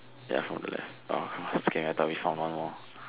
ya from the left orh scared ah I thought we found one more